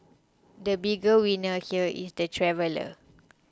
the bigger winner here is the traveller